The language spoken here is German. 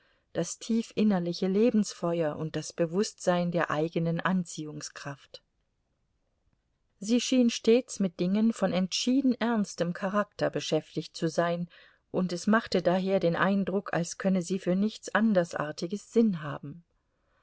das tiefinnerliche lebensfeuer und das bewußtsein der eigenen anziehungskraft sie schien stets mit dingen von entschieden ernstem charakter beschäftigt zu sein und es machte daher den eindruck als könne sie für nichts andersartiges sinn haben